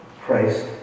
Christ